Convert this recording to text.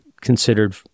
considered